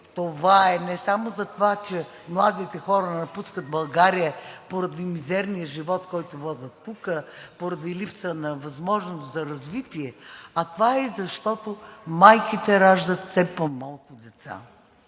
това е не само за това, че младите хора напускат България поради мизерния живот, който водят тук, поради липсата на възможност за развитие, а това е, защото майките раждат все по-малко деца.